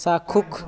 চাক্ষুষ